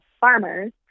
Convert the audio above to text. farmers